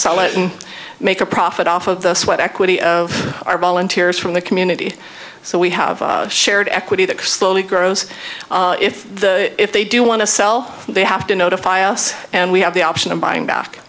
sell it and make a profit off of the sweat equity of our volunteers from the community so we have a shared equity that slowly grows if the if they do want to sell they have to notify us and we have the option of buying back